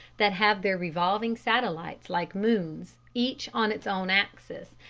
that have their revolving satellites like moons, each on its own axis,